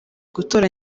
gutora